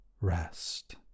rest